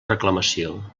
reclamació